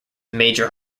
major